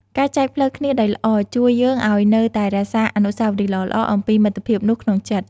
ការចែកផ្លូវគ្នាដោយល្អ ជួយយើងឱ្យនៅតែរក្សាអនុស្សាវរីយ៍ល្អៗអំពីមិត្តភាពនោះក្នុងចិត្ត។